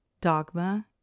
Dogma